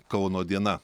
kauno diena